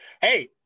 Hey